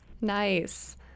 Nice